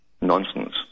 nonsense